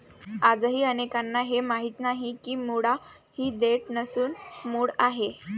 आजही अनेकांना हे माहीत नाही की मुळा ही देठ नसून मूळ आहे